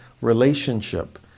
relationship